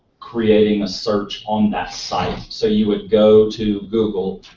creating a search on that site. so you would go to google,